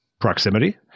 proximity